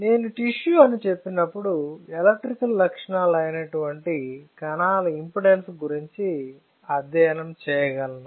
నేను టిష్యూ అని చెప్పినప్పుడు ఎలక్ట్రికల్ లక్షణాల అయినటువంటి కణాల ఇంపెడెన్స్ గురించి అధ్యయనం చేయగలను